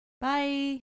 Bye